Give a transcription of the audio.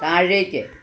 താഴേക്ക്